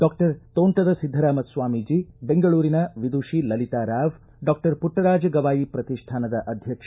doctor Tontada Siddharama Swamiji ಬೆಂಗಳೂರಿನ Vidushi Lalita Rao doctor Puttaraja Gavai ಶ್ರತಿಷ್ಠಾನದ ಅಧ್ಯಕ್ಷ